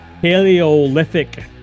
Paleolithic